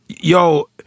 yo